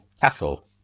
castle